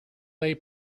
lay